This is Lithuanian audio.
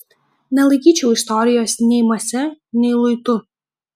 nelaikyčiau istorijos nei mase nei luitu